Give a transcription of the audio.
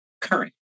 current